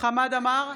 חמד עמאר,